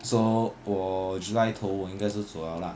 so 我 july 头我应该是走 liao ah